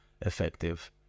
effective